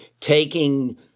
taking